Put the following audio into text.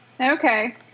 Okay